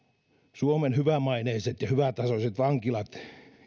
suomen hyvämaineiset ja hyvätasoiset vankilat